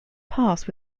past